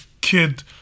kid